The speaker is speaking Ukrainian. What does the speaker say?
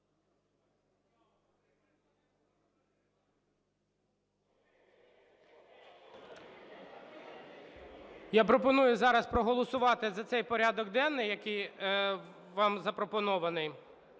Я пропоную зараз проголосувати за цей порядок денний, який вам запропонований,